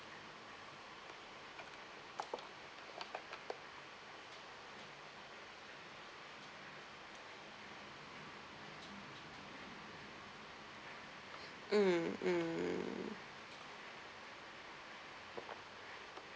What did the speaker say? mm mm